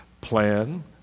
Plan